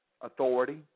authority